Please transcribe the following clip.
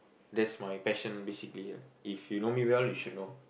that's my passion basically ya if you know me well you should know